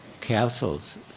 castles